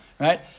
Right